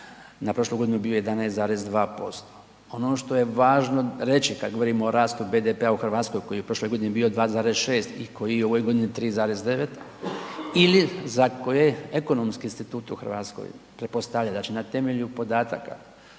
na prošlu godinu bio 11,2%, on o što je važno reći kad govorimo rastu BDP-a u Hrvatskoj koji je prošle godine bio 2,6 i koji je u ovoj godini 3,9 ili za koje Ekonomski institut u Hrvatskoj pretpostavlja da će na temelju podataka